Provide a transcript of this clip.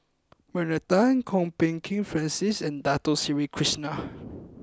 Bernard Tan Kwok Peng Kin Francis and Dato Sri Krishna